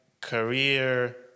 career